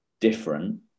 different